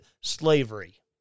slavery